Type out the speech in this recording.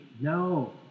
No